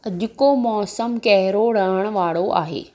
अॼु को मौसमु कहिड़ो रहण वारो आहे